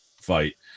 fight